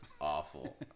awful